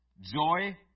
joy